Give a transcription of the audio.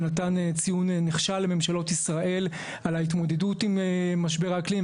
שנתן ציון נכשל לממשלות ישראל על ההתמודדות עם משבר האקלים,